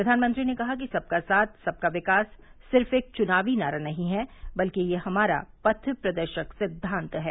प्रधानमंत्री ने कहा कि सबका साथ सबका विकास सिर्फ एक चुनावी नारा नहीं है बल्कि यह हमारा पथ प्रदर्शक सिद्वांत है